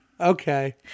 Okay